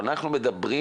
אבל אנחנו מדברים